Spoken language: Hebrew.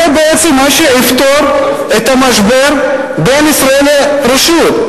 בעצם מה שיפתור את המשבר בין ישראל לרשות.